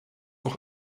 auch